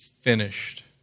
finished